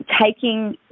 taking